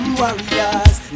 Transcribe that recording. warriors